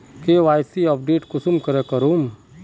KYC update कुंसम करे करूम?